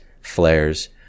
flares